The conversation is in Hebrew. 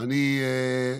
אני,